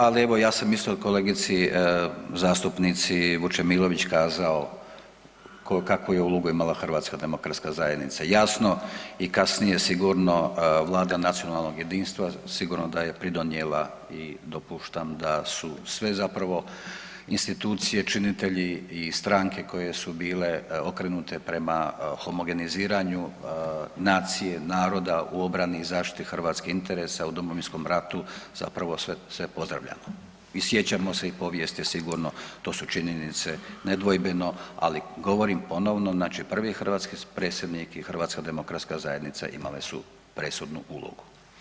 Ali evo ja sam isto kolegici zastupnici Vučemilović kazao kakvu je ulogu imala HDZ-a, jasno i kasnije sigurno Vlada nacionalnog jedinstva sigurno da je pridonijela i dopuštam da su sve zapravo institucije činitelji i stranke koje su bile okrenute prema homogeniziranju nacije, naroda u obrni i zaštiti hrvatskih interesa u Domovinskom ratu, zapravo sve pozdravljamo i sjećamo se i povijest je sigurno to su činjenice nedvojbeno, ali govorim ponovno, znači prvi hrvatski predsjednik i HDZ imale su presudnu ulogu.